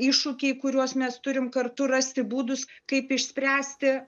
iššūkiai kuriuos mes turim kartu rasti būdus kaip išspręsti